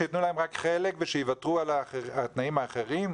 שייתנו להם רק חלק ושיוותרו על התקציבים האחרים?